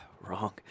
Wrong